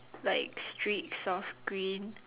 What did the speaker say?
like strips of green